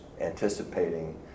anticipating